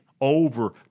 over